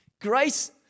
Grace